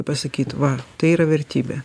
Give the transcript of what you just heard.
pasakyt va tai yra vertybė